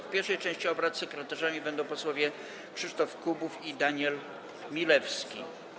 W pierwszej części obrad sekretarzami będą posłowie Krzysztof Kubów i Daniel Milewski.